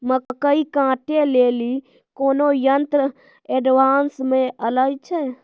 मकई कांटे ले ली कोनो यंत्र एडवांस मे अल छ?